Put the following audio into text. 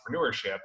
entrepreneurship